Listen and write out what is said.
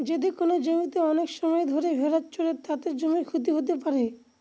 যদি কোনো জমিতে অনেক সময় ধরে ভেড়া চড়ে, তাতে জমির ক্ষতি হতে পারে